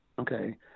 Okay